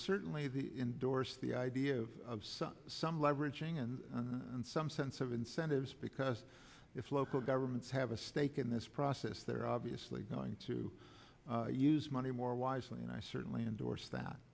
certainly the indorse the idea of some leveraging and in some sense of incentives because if local governments have a stake in this process they're obviously going to use money more wisely and i certainly endorse that